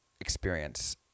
experience